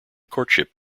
courtship